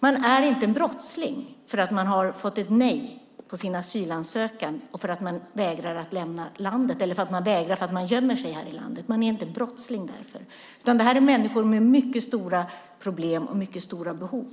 Man är inte en brottsling för att man har fått ett nej på sin asylansökan och för att man gömmer sig här i landet. Det här är människor med mycket stora problem och mycket stora behov.